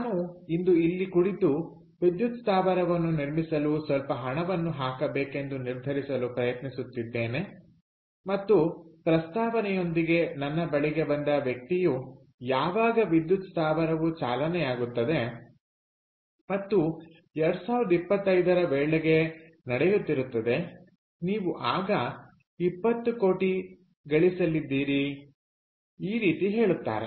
ನಾನು ಇಂದು ಇಲ್ಲಿ ಕುಳಿತು ವಿದ್ಯುತ್ ಸ್ಥಾವರವನ್ನು ನಿರ್ಮಿಸಲು ಸ್ವಲ್ಪ ಹಣವನ್ನು ಹಾಕಬೇಕೆಂದು ನಿರ್ಧರಿಸಲು ಪ್ರಯತ್ನಿಸುತ್ತಿದ್ದೇನೆ ಮತ್ತು ಪ್ರಸ್ತಾವನೆಯೊಂದಿಗೆ ನನ್ನ ಬಳಿಗೆ ಬಂದ ವ್ಯಕ್ತಿಯು ಯಾವಾಗ ವಿದ್ಯುತ್ ಸ್ಥಾವರವು ಚಾಲನೆಯಾಗುತ್ತದೆ ಮತ್ತು 2025 ರ ವೇಳೆಗೆ ನಡೆಯುತ್ತಿರುತ್ತದೆ ನೀವು ಆಗ 20 ಕೋಟಿ ಗಳಿಸಲಿದ್ದೀರಿ ಈ ರೀತಿ ಹೇಳುತ್ತಾರೆ